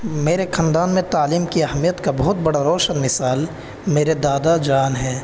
میرے خاندان میں تعلیم کی اہمیت کا بہت بڑا روشن مثال میرے دادا جان ہیں